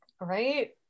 Right